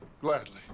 gladly